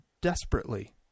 desperately